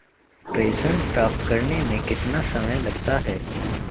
प्रेषण प्राप्त करने में कितना समय लगता है?